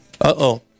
Uh-oh